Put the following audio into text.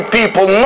people